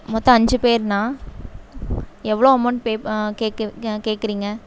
மொத்தம் அஞ்சு பேருண்ணா எவ்வளோ அமௌண்ட் பே கேக்கு கேட்குறீங்க